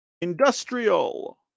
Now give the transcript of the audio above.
industrial